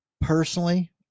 Personally